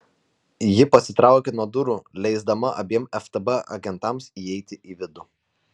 ji pasitraukė nuo durų leisdama abiem ftb agentams įeiti į vidų